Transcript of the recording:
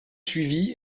suivi